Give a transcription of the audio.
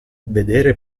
vedere